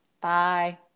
Bye